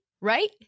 Right